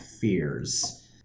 fears